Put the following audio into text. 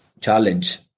challenge